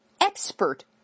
expert